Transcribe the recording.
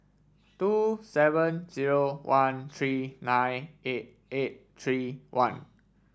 two seven zero one three nine eight eight three one